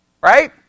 Right